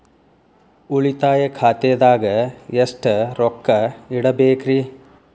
ಉಳಿತಾಯ ಖಾತೆದಾಗ ಎಷ್ಟ ರೊಕ್ಕ ಇಡಬೇಕ್ರಿ?